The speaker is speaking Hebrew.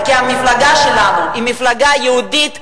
כי המפלגה שלנו היא מפלגה יהודית וציונית.